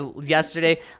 yesterday